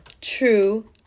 true